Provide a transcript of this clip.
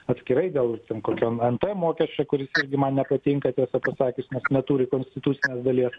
atskirai gal ten kokio nt mokesčio kuris irgi man nepatinka tiesą pasakius nes neturi konstitucinės dalies